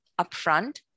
upfront